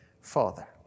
Father